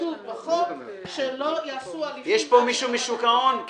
בחוק שלא עושים הליכים --- יש פה מישהו משוק ההון?